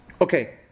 Okay